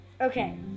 Okay